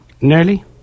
Nearly